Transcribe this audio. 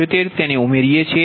0375 અમે તેને ઉમેરીએ છીએ